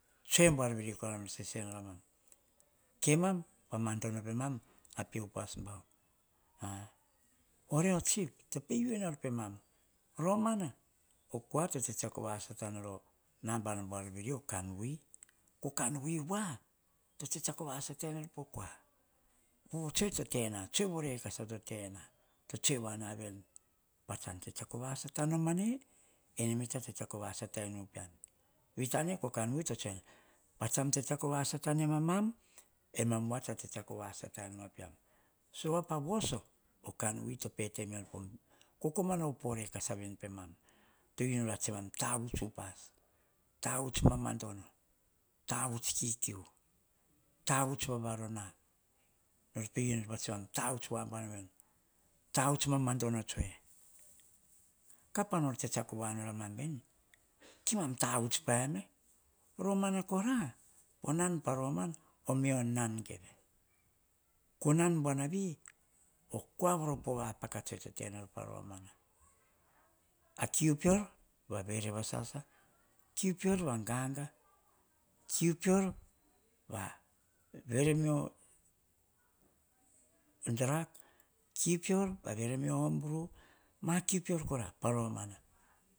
Tsue buar veri sese noramam kemam pamando nopemam a pe upas bau ah oria o tsip to yu enor pemam romana kua to tsitsiako vasata nor a nambana buar veri o kanwi ko kanwi wa to tsitsiako vasata menor pokoa po tsue to tena, tsue vorekasa to tena to tsue wanaveni tsitsiako vasata nomane, tsitsiako vasatai nu pian. Wei tane kanwi to tsue waveni patsam tsitsiako vasata nemam emamwa tsa tsitsiako wasata enoma peam. Sovapavoso okanwi, tope te menor po kokomana vope rekasa veni pemam tsemam tavuts upas tavuts mama dono, tavuts kikiu, tavuts vavarona, nor pe u nor tsemam tavuts wabuana waveni, tavuts mamado tsue. Kapaor tsitsiako waor a mam ven, kemam tavuts ae me romana kora onan pa romana kora onan pa omana omio nan geve konan buanari okua voro pevapekatsue tenor paromana. Akiu peor pavere vasasa, kiu peor pa ganga, akiu peor va veremeo dag, a kiu pior vavere meo hom bru ma kiu peor kora pa romana